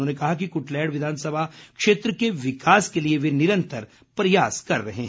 उन्होंने कहा कि कुटलैहड़ विधानसभा क्षेत्र के विकास के लिए वे निरंतर प्रयास कर रहे हैं